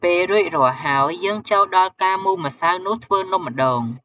ពេលរួចរាល់ហើយ យើងចូលដល់ការមូលម្សៅនោះ ធ្វើនំម្ដង។